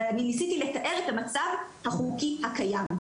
ניסיתי לתאר את המצב החוקי הקיים,